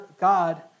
God